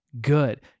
good